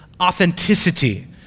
authenticity